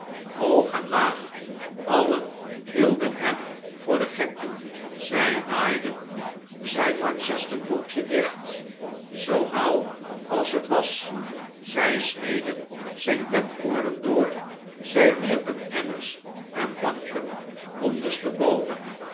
hoog en laag alien hielden hem voor den gek zij naaiden zijn manchester broekje dicht zoo nauw als het was zij sneden zijn bedkoorden door zij wierpen emmers en banken